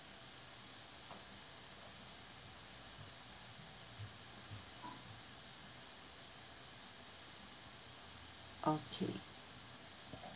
okay